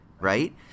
right